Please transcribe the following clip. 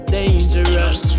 dangerous